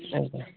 ଆଜ୍ଞା